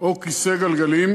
או כיסא גלגלים,